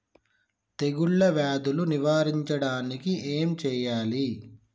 తెగుళ్ళ వ్యాధులు నివారించడానికి ఏం చేయాలి?